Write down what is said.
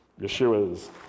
Yeshua's